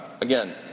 Again